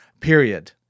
period